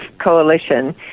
Coalition